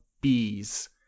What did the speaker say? bees